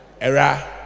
Era